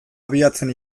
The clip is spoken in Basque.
abiatzen